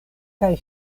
kaj